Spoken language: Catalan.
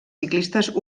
ciclistes